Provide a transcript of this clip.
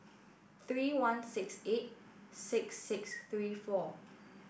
three one six eight six six three four